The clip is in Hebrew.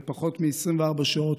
בפחות מ-24 שעות,